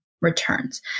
returns